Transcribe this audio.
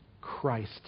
Christ